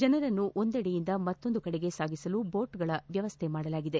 ಜನರನ್ನು ಒಂದೆಡೆಯಿಂದ ಮತ್ತೊಂದು ಕಡೆಗೆ ಸಾಗಿಸಲು ಬೋಟ್ ವ್ಯವಸ್ಟೆ ಮಾಡಲಾಗಿದೆ